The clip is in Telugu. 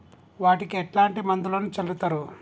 వాటికి ఎట్లాంటి మందులను చల్లుతరు?